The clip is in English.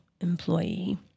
employee